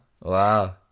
Wow